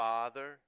Father